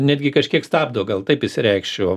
netgi kažkiek stabdo gal taip išsireikšiu